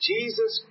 Jesus